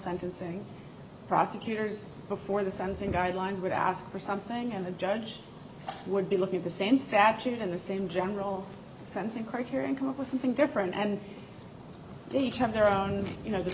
sentencing prosecutors before the sentencing guidelines would ask for something and the judge would be looking at the same statute in the same general sense and criteria and come up with something different and they each have their own you know th